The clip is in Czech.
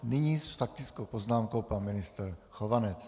Nyní s faktickou poznámkou pan ministr Chovanec.